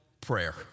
prayer